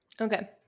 okay